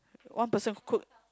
one person cook